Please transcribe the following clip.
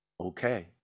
okay